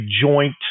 joint